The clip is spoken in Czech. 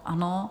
Ano.